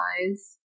eyes